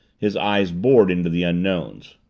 his eyes bored into the unknown's.